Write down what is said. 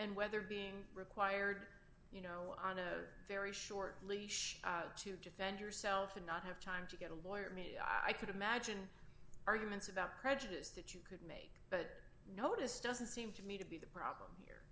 and whether being required you know on a very short leash to defend yourself and not have time to get a lawyer me i could imagine arguments about prejudice that you could make but notice doesn't seem to me to be the problem here